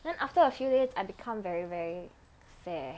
then after a few days I become very very fair